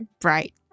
bright